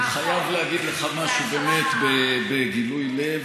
אני חייב להגיד לך משהו באמת בגילוי לב: